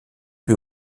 peu